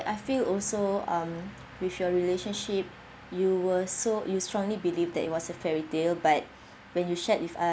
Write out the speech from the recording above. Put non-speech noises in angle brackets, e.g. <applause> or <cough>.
I feel also um with your relationship you were so you strongly believe that it was a fairy tale but <breath> when you shared with